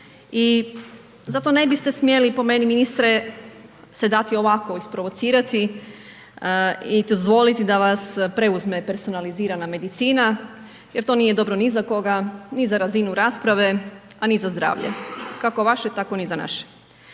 I zato ne biste smjeli po meni ministre se dati ovako isprovocirati i dozvoliti da vas preuzme personalizirana medicina jer to nije dobro ni za koga, ni za razinu rasprave, a ni za zdravlje kako vaše tako ni za naše.